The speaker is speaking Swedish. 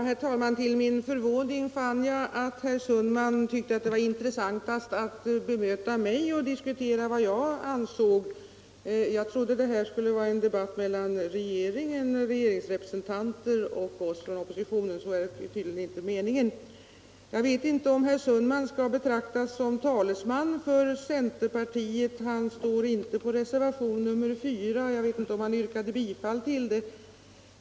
Herr talman! Till min förvåning fann jag att herr Sundman tyckte att det var mest intressant att bemöta mitt inlägg och diskutera vad jag ansåg. Jag trodde det här skulle vara en debatt mellan regeringen, regeringsrepresentanter och oss från oppositionen. Så var tydligen inte meningen. Jag vet inte om herr Sundman skall betraktas som talesman för centerpartiet. Han har inte skrivit under reservationen 4 och jag hörde inte att han yrkade bifall till den.